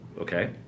Okay